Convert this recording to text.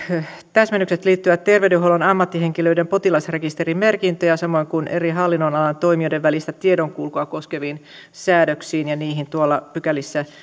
täsmennykset liittyvät terveydenhuollon ammattihenkilöiden potilasrekisterimerkintöjä samoin kuin eri hallinnonalan toimijoiden välistä tiedonkulkua koskeviin säädöksiin ja niihin tuolla pykälissä